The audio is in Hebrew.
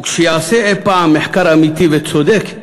וכשייעשה אי-פעם מחקר אמיתי וצודק,